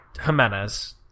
Jimenez